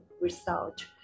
result